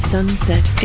Sunset